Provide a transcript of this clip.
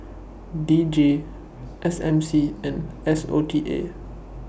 D J S M C and S O T A